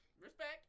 respect